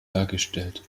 dargestellt